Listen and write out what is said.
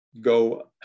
go